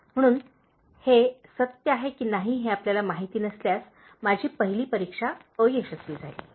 " म्हणून हे सत्य आहे की नाही हे आपल्याला माहित नसल्यास माझी पहिली परीक्षा अयशस्वी झाली